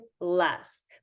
less